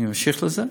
אני אמשיך בזה.